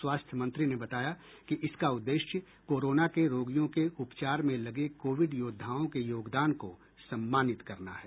स्वास्थ्य मंत्री ने बताया कि इसका उद्देश्य कोरोना के रोगियों के उपचार में लगे कोविड योद्धाओं के योगदान को सम्मानित करना है